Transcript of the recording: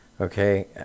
Okay